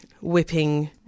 whipping